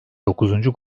dokuzuncu